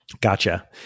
Gotcha